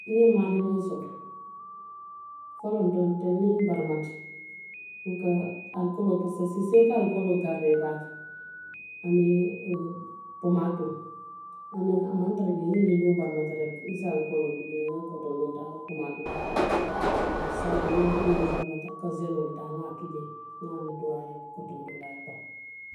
Niŋ i ye maadimiŋo soto, folonto ntelu niŋ n baramata, n ka alikooloo pasiko siisee i ka alikooloo ke a kaŋ baake aniŋ pomaatoo a maŋ tara jee niŋ dindiŋo baramata rek n se alikooloo ki jee n ŋa kotondoo taa n ŋa pomaatoo taa n ŋa a fita, bari saayiŋ niŋ miŋ baramata, n ka seloo le taa n ŋa a ki jee, n ŋa a fita, n ŋa a netuwaayee kontondoo la a ye baŋ.